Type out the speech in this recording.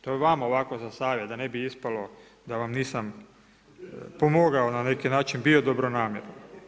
To vama ovako za savjet, da ne bi ispalo, da vam nisam pomogao na neki način, bio dobronamjeran.